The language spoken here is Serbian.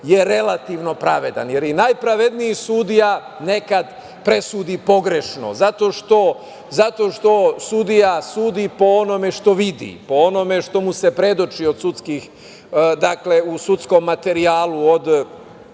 relativno pravedan. I najpravedniji sudija nekad presudi pogrešno, zato što sudija sudi po onome što vidi, po onome što mu se predoči u sudskom materijalu od